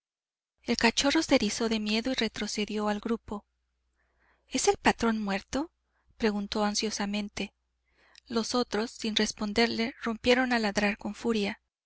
el cachorro se erizó de miedo y retrocedió al grupo es el patrón muerto preguntó ansiosamente los otros sin responderle rompieron a ladrar con furia